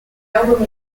album